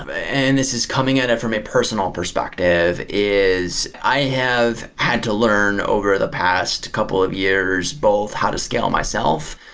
and this is coming at it from a personal perspective, is i have had to learn over the past couple of years both how to scale myself,